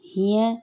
हीअं